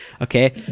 okay